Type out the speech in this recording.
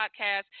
podcast